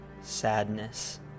sadness